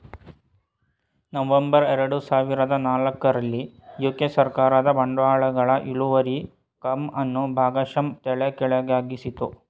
November ಎರಡು ಸಾವಿರದ ನಾಲ್ಕು ರಲ್ಲಿ ಯು.ಕೆ ಸರ್ಕಾರದ ಬಾಂಡ್ಗಳ ಇಳುವರಿ ಕರ್ವ್ ಅನ್ನು ಭಾಗಶಃ ತಲೆಕೆಳಗಾಗಿಸಿತ್ತು